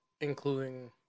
including